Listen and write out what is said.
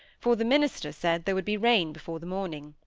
for the minister said there would be rain before the morning.